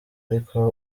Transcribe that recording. ariko